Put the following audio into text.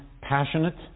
passionate